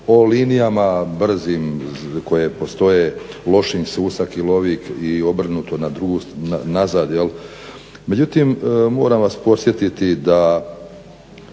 o linijama brzim koje postoje, Lošinj-Susak-Ilovik i obrnuto nazad. Međutim, moram vas podsjetiti da